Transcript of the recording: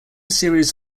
series